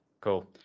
Cool